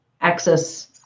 access